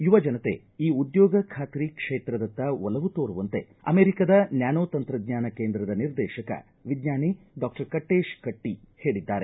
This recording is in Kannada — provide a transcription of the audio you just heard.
ಯುವಜನತೆ ಈ ಉದ್ಯೋಗ ಖಾತ್ರಿ ಕ್ಷೇತ್ರದತ್ತ ಒಲವು ತೋರುವಂತೆ ಅಮೆರಿಕದ ನ್ಯಾನೋ ತಂತ್ರಜ್ವಾನ ಕೇಂದ್ರದ ನಿರ್ದೇಶಕ ವಿಜ್ವಾನಿ ಡಾಕ್ಟರ್ ಕಟ್ಟೇಶ ಕಟ್ಟ ಹೇಳಿದ್ದಾರೆ